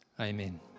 Amen